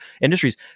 industries